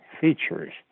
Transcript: features